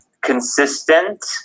Consistent